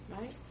Right